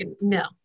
No